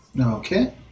Okay